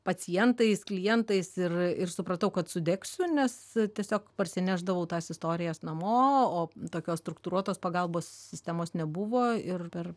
pacientais klientais ir ir supratau kad sudegsiu nes tiesiog parsinešdavau tas istorijas namo o tokios struktūruotos pagalbos sistemos nebuvo ir per